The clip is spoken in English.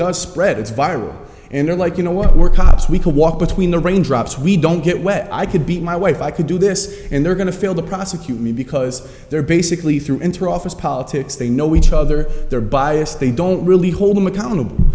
does spread it's viral and are like you know what we're cops we can walk between the raindrops we don't get wet i could be my wife i could do this and they're going to fail to prosecute me because they're basically through interoffice politics they know each other they're biased they don't really hold them accountable